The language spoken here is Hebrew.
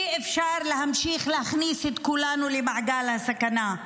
אי-אפשר להמשיך להכניס את כולנו למעגל הסכנה.